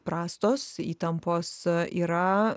prastos įtampos yra